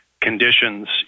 conditions